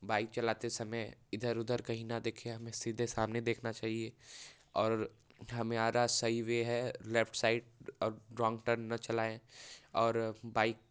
bike चलाते समय इधर उधर कहीं ना देखें हमें सीधे सामने देखना चाहिए और हमें सही वै है लेफ्ट साइड और रोंड टर्न ना चलाएं और बाइक